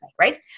right